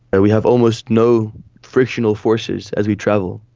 and we have almost no frictional forces as we travel,